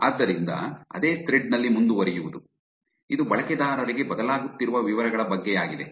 ಆದ್ದರಿಂದ ಅದೇ ಥ್ರೆಡ್ ನಲ್ಲಿ ಮುಂದುವರಿಯುವುದು ಇದು ಬಳಕೆದಾರರಿಗೆ ಬದಲಾಗುತ್ತಿರುವ ವಿವರಗಳ ಬಗ್ಗೆಯಾಗಿದೆ